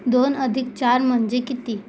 दोन अधिक चार म्हणजे किती